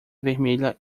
vermelha